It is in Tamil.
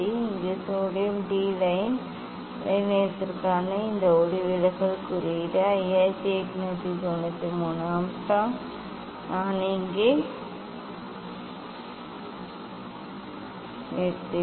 இங்கே சோடியம் டி லைன் அலைநீளத்திற்கான இந்த ஒளிவிலகல் குறியீடு 5893 ஆங்ஸ்ட்ரோம் நான் இங்கே நிறுத்துவேன்